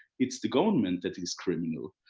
it's the government that is criminal.